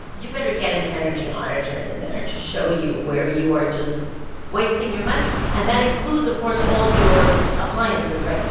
you better get an energy auditor in there to show you where you are just wasting your money. and that includes, of course, all of your appliances right?